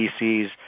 VCs